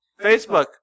Facebook